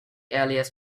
earliest